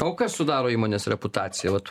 o kas sudaro įmonės reputaciją vat